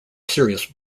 serious